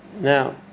Now